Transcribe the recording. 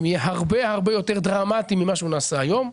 יהיה הרבה הרבה יותר דרמטי ממה שהוא נעשה היום.